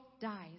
dies